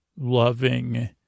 loving